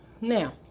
Now